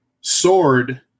sword